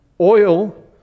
Oil